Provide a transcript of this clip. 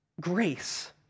grace